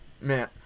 man